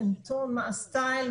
מה הסטייל,